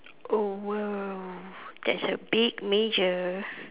oh !wow! that's a big major